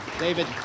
David